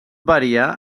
variar